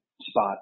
spot